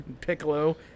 Piccolo